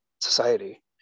society